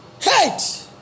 hate